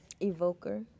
Evoker